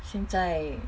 现在